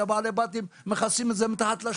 שבעלי בתים מכסים את זה מתחת לשולחן.